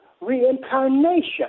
reincarnation